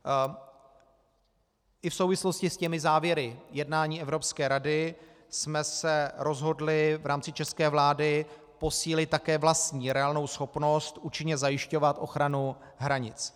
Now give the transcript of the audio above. I v souvislosti s těmi závěry jednání Evropské rady jsme se rozhodli v rámci české vlády posílit také vlastní reálnou schopnost účinně zajišťovat ochranu hranic.